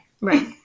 Right